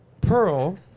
Pearl